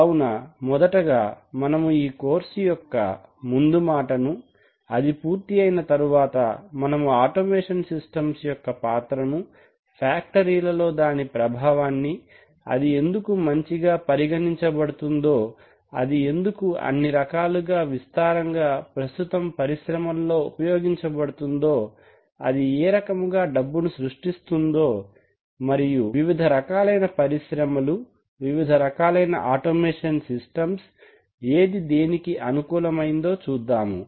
కావున మొదటగా మనము ఈ కోర్సు యొక్క ముందుమాటను అది పూర్తి అయిన తరువాత్త మనము ఆటోమేషన్ సిస్టమ్ యొక్క పాత్రను ఫ్యాక్టరీ లలో దాని ప్రభావాన్ని అది ఎందుకు మంచిగా పరిగనించబడుతుందో అది ఎందుకు అది అన్ని రకాలుగా విస్తారంగా ప్రస్తుతం పరిశ్రమల్లో ఉపయోగించబడుతుందో అది ఏ రకముగా డబ్బును సృష్టిస్తుందో మరియు వివిధ రకాలైన పరిశ్రమలు వివిధ రకాలైన ఆటోమేషన్ సిస్టమ్స్ ఏది దేనికి అనుకూలమైందో చూద్దాము